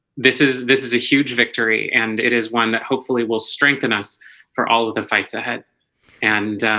this is this is a huge victory and it is one that hopefully will strengthen us for all of the fights ahead and